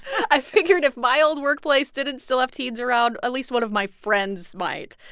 i figured if my old workplace didn't still have teens around, at least one of my friends' might.